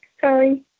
Sorry